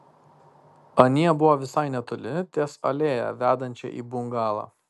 anie buvo visai netoli ties alėja vedančia į bungalą